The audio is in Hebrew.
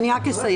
אני רק אסיים.